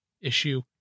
issue